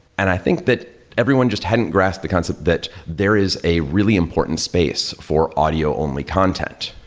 and i think that everyone just hadn't grasped the concept that there is a really important space for audio only content.